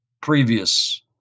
previous